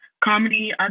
Comedy